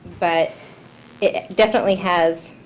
but it definitely has